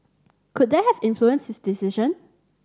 could that have influenced his decision